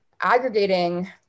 aggregating